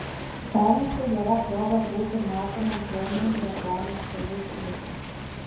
velniškai gera proga būti matomam premium reklamos pozicijose